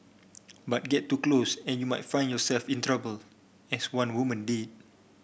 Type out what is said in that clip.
but get too close and you might find yourself in trouble as one woman did